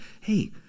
hey